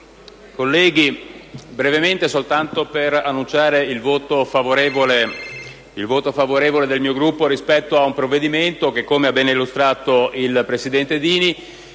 colleghi, intervengo brevemente per annunciare il voto favorevole del mio Gruppo su un provvedimento che, come ha bene illustrato il presidente Dini,